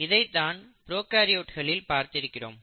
இதை தான் ப்ரோகாரியோட்களில் பார்த்திருக்கிறோம்